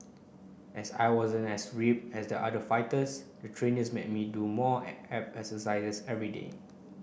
as I wasn't as ripped as the other fighters the trainers made me do more abs exercises everyday